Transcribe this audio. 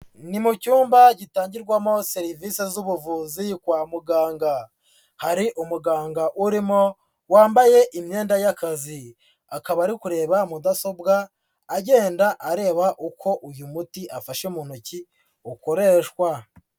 Ni mu cyumba gitangirwamo serivisi z'ubuvuzi kwa muganga, hari umuganga urimo wambaye imyenda y'akazi, akaba ari kureba mudasobwa agenda areba uko uyu muti afashe mu ntoki ukoreshwa.